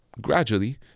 gradually